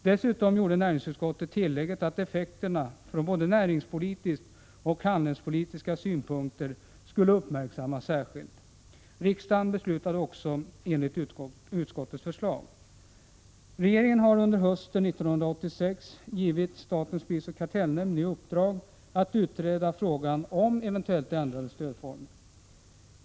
Dessutom gjorde näringsutskottet tillägget att effekterna från både näringspolitiska och handelspolitiska synpunkter skulle uppmärksammas särskilt. Regeringen har under hösten 1986 givit statens prisoch kartellnämnd i uppdrag att utreda frågan om eventuellt ändrade stödformer.